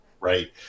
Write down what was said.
Right